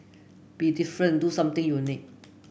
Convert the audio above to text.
be different do something unique